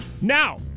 Now